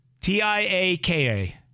T-I-A-K-A